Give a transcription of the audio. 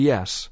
Yes